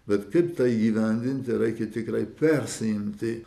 bet kaip tai įgyvendinti reikia tikrai persiimti